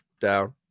down